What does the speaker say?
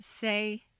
say